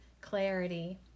clarity